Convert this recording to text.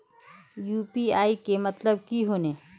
UPI के मतलब की होने?